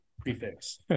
prefix